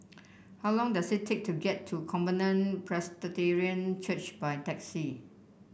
how long does it take to get to Covenant Presbyterian Church by taxi